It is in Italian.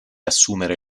assumere